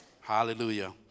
Hallelujah